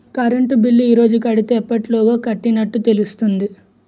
Current bill ఈ రోజు కడితే ఎప్పటిలోగా కట్టినట్టు తెలుస్తుంది?